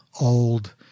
old